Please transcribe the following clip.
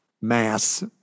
Mass